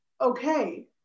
okay